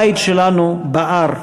הבית שלנו בער,